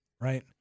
Right